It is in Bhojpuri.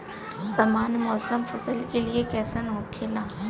सामान्य मौसम फसल के लिए कईसन होखेला?